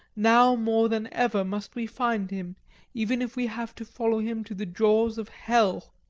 now more than ever must we find him even if we have to follow him to the jaws of hell!